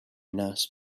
nurse